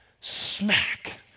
smack